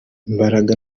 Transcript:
imbaraga